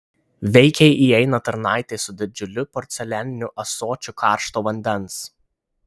veikiai įeina tarnaitė su didžiuliu porcelianiniu ąsočiu karšto vandens